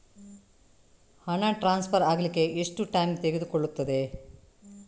ಹಣ ಟ್ರಾನ್ಸ್ಫರ್ ಅಗ್ಲಿಕ್ಕೆ ಎಷ್ಟು ಟೈಮ್ ತೆಗೆದುಕೊಳ್ಳುತ್ತದೆ?